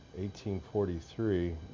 1843